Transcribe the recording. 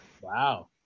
Wow